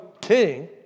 king